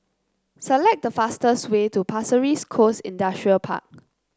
select the fastest way to Pasir Ris Coast Industrial Park